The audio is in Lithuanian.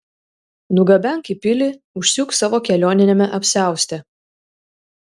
nugabenk į pilį užsiūk savo kelioniniame apsiauste